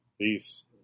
Peace